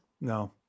No